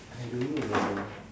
I don't know lah bro